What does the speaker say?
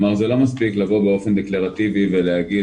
זה לא מספיק לבוא באופן דקלרטיבי ולהגיד,